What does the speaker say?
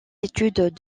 études